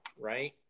right